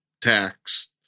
tax